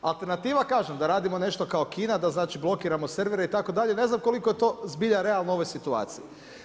A alternativa, kažem, da radimo nešto kao Kina, da znači blokiramo servere itd., ne znam koliko je to zbilja realno u ovoj situaciji.